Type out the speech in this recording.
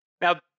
Now